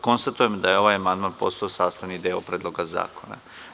Konstatujem da je ovaj amandman postao sastavni deo Predloga zakona.